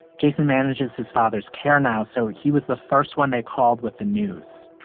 jason manages his father's care now, so he was the first one they called with the news